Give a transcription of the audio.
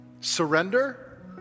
Surrender